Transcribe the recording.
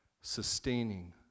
sustaining